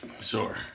Sure